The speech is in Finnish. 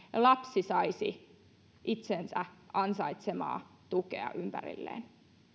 lapsi saisi ansaitsemaansa tukea ympärilleen